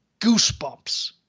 goosebumps